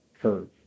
curve